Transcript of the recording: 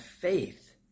faith